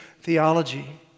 theology